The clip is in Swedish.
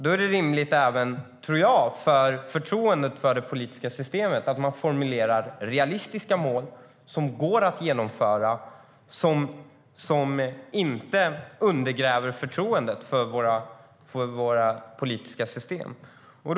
Då är det rimligt för förtroendet för det politiska systemet att man formulerar realistiska mål som går att uppfylla och som inte undergräver förtroendet för det politiska systemet.